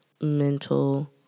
mental